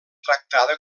tractada